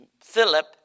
Philip